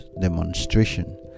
demonstration